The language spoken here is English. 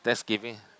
thanksgiving